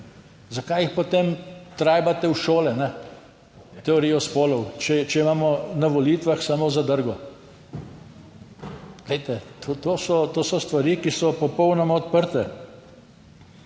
Zakaj jih potem trajbate v šole teorijo spolov, če imamo na volitvah samo zadrgo? Glejte, to so stvari, ki so popolnoma odprte.